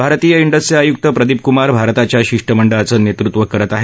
भारतीय इंडसचे आयुक्त प्रदीप कुमार भारताच्या शिष्टमंडळाचं नेतृत्व करत आहेत